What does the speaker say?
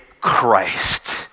Christ